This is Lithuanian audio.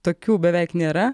tokių beveik nėra